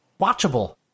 watchable